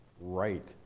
right